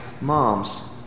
moms